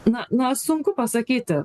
na na sunku pasakyti